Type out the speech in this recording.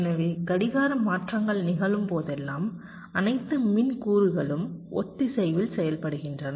எனவே கடிகார மாற்றங்கள் நிகழும் போதெல்லாம் அனைத்து மின் கூறுகளும் ஒத்திசைவில் செயல்படுகின்றன